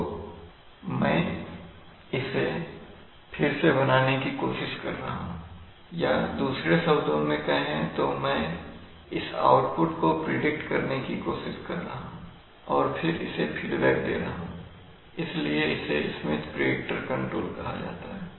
तो मैं इसे फिर से बनाने की कोशिश कर रहा हूं या दूसरे शब्दों में कहें तो मैं इस आउटपुट को प्रिडिक्ट करने की कोशिश कर रहा हूं और फिर इसे फीडबैक दे रहा हूं इसलिए इसे स्मिथ प्रिडिक्टर कंट्रोल कहा जाता है